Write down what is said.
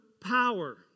power